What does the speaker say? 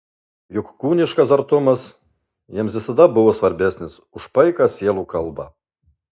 juk kūniškas artumas jiems visada buvo svarbesnis už paiką sielų kalbą